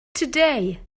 today